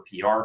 PR